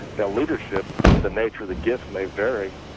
their leadership, the nature of the gift may vary,